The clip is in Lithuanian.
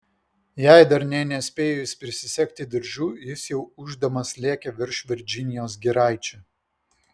jai dar nė nespėjus prisisegti diržų jis jau ūždamas lėkė virš virdžinijos giraičių